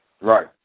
Right